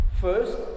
first